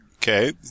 Okay